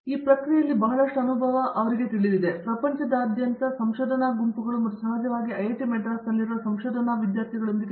ಆದ್ದರಿಂದ ಆ ಪ್ರಕ್ರಿಯೆಯಲ್ಲಿ ಬಹಳಷ್ಟು ಅನುಭವ ನಿಮಗೆ ತಿಳಿದಿದೆ ಪ್ರಪಂಚದಾದ್ಯಂತದ ಸಂಶೋಧನಾ ಗುಂಪುಗಳು ಮತ್ತು ಸಹಜವಾಗಿ ಐಐಟಿ ಮದ್ರಾಸ್ನಲ್ಲಿರುವ ಸಂಶೋಧನಾ ವಿದ್ಯಾರ್ಥಿಗಳೊಂದಿಗೆ